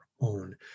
own